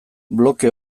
bloke